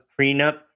prenup